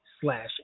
slash